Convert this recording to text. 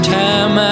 time